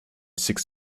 six